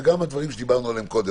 וגם הדברים שדיברנו עליהם קודם.